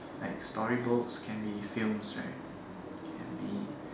like story books can be films right can be